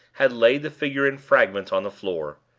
had laid the figure in fragments on the floor.